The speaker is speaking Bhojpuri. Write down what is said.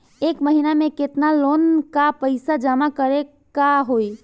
एक महिना मे केतना लोन क पईसा जमा करे क होइ?